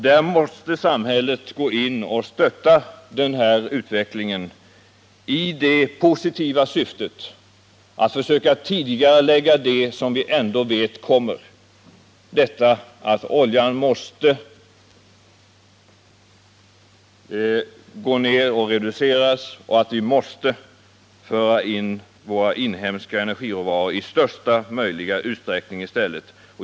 Där måste samhället gå in och stötta den utvecklingen i det positiva syftet att försöka tidigarelägga det som vi ändå vet kommer: detta att oljan måste reduceras och att vi måste föra in våra inhemska energiråvaror i största möjliga utsträckning i stället.